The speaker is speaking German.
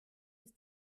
ist